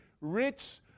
rich